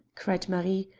cried marie,